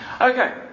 Okay